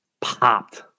popped